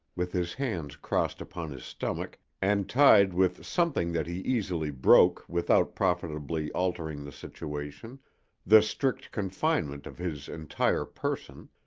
with his hands crossed upon his stomach and tied with something that he easily broke without profitably altering the situation the strict confinement of his entire person,